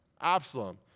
Absalom